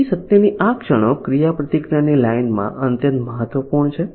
તેથી સત્યની આ ક્ષણો ક્રિયાપ્રતિક્રિયાની લાઇનમાં અત્યંત મહત્વપૂર્ણ છે